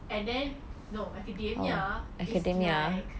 and then no academia is like